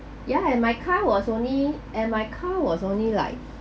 yeah and my car was only and my car was only like